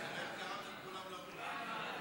ההצעה להעביר את הצעת חוק לתיקון פקודת